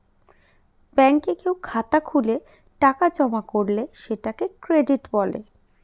ব্যাঙ্কে কেউ খাতা খুলে টাকা জমা করলে সেটাকে ক্রেডিট বলে